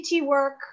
work